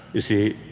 you see,